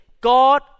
God